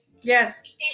yes